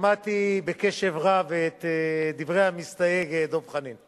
שמעתי בקשב רב את דברי המסתייג דב חנין,